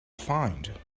find